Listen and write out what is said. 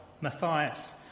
Matthias